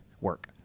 work